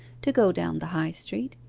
to go down the high street.